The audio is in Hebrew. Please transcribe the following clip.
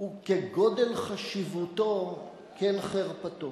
וכגודל חשיבותו כן חרפתו,